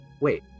Wait